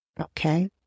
Okay